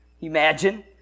Imagine